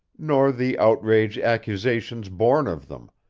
nor the outrageous accusations born of them,